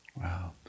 Wow